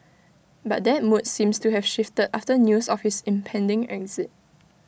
but that mood seems to have shifted after news of his impending exit